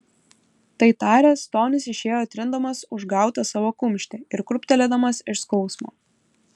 tai taręs tonis išėjo trindamas užgautą savo kumštį ir krūptelėdamas iš skausmo